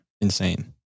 Insane